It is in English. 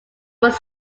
was